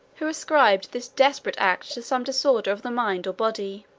who ascribed this desperate act to some disorder of the mind or body.